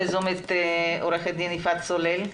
עו"ד יפעת סולל,